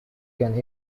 can